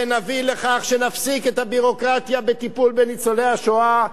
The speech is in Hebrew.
ונביא לכך שנפסיק את הביורוקרטיה בטיפול בניצולי השואה,